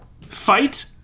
fight